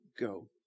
go